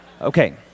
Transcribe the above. Okay